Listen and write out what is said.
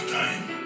time